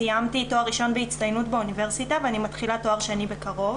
סיימתי תואר ראשון בהצטיינות באוניברסיטה ואני מתחילה תואר שני בקרוב,